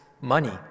money